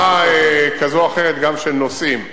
של העלאה כזו או אחרת גם של נוסעים.